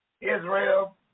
Israel